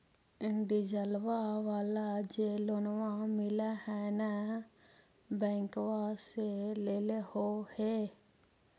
डिजलवा वाला जे लोनवा मिल है नै बैंकवा से लेलहो हे?